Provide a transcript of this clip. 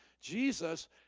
Jesus